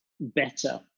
better